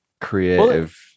creative